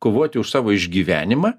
kovoti už savo išgyvenimą